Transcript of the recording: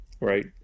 Right